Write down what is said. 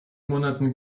monaten